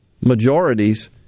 majorities